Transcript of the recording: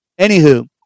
Anywho